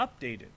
updated